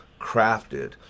crafted